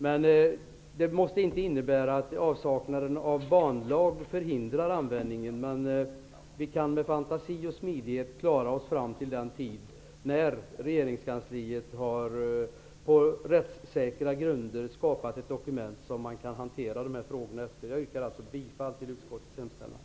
Men det innebär inte att avsaknaden av banlag förhindrar användningen. Med fantasi och smidighet kan vi klara oss fram till den tidpunkt när regeringskansliet på rättssäkra grunder har skapat ett dokument som vi kan hantera dessa frågor efter. Jag yrkar alltså bifall till utskottets hemställan.